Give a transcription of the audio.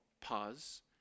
Pause